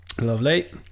lovely